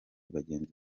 bagenzi